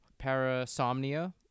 Parasomnia